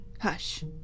Hush